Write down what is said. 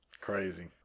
Crazy